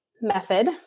method